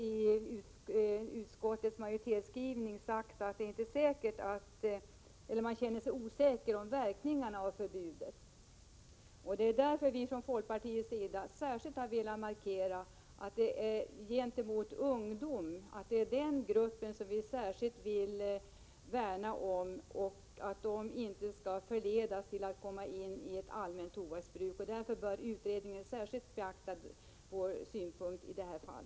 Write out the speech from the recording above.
I utskottets majoritetsskrivning har man även uttalat att man känner sig osäker på verkningarna av förbudet. Det är därför vi från folkpartiets sida särskilt har velat markera att det är ungdomsgruppen vi vill värna om och se till att den inte förleds till att komma in i ett allmänt tobaksbruk. Utredningen bör särskilt beakta våra synpunkter i detta fall.